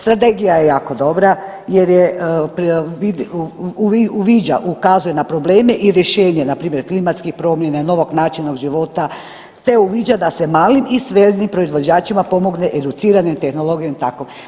Strategija je jako dobra jer je, uviđa, ukazuje na probleme i rješenje npr. klimatskih promjena, novog načina života, te uviđa da se malim i srednjim proizvođačima pomogne educiranom tehnologijom i tako.